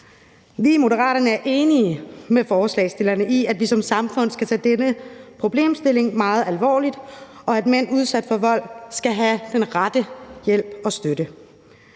Vi i Moderaterne er enige med forslagsstillerne i, at vi som samfund skal tage denne problemstilling meget alvorligt, og at mænd udsat for vold skal have den rette hjælp og støtte.